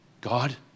God